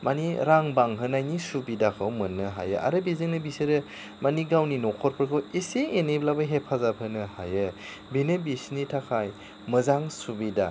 मानि रां बांहोनायनि सुबिदाखौ मोननो हायो आरो बेजोंनो बिसोरो मानि गावनि न'खरफोरखौ एसे एनैब्लाबो हेफाजाब होनो हायो बिनि बिसिनि थाखाय मोजां सुबिदा